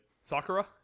Sakura